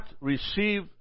receive